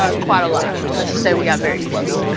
ah quite a lot. let's just say, we got very close.